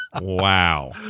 Wow